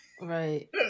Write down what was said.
right